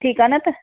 ठीकु आहे न त